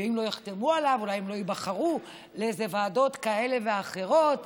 ואם לא יחתמו עליו אולי הם לא ייבחרו לאיזה ועדות כאלה ואחרות?